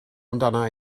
amdana